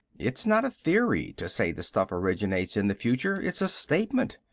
it's not a theory to say the stuff originates in the future. it's a statement.